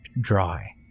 dry